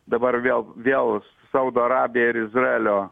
dabar vėl vėl saudo arabija ir izraelio